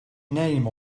name